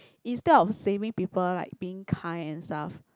instead of saving people like being kind and stuff